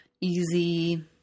Easy